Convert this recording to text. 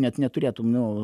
net neturėtum nu